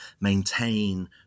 maintain